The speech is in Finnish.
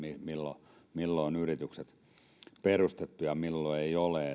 milloin milloin yritykset on perustettu ja milloin ei ole